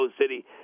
City